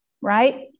right